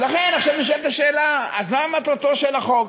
אז לכן, עכשיו נשאלת השאלה: אז מה מטרתו של החוק?